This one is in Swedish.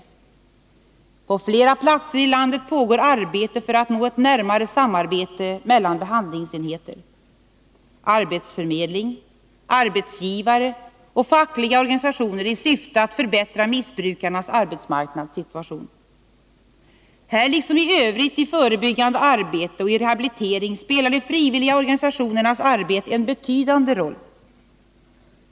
På flera platser i landet pågår arbete för att nå ett närmare samarbete mellan behandlingsenheter, arbetsförmedling, arbetsgivare och fackliga organisationer i syfte att förbättra missbrukarnas arbetsmarknadssituation. Här liksom i övrigt i förebyggande arbete och i rehabilitering spelar de frivilliga organisationernas arbete en betydande roll.